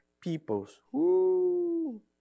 peoples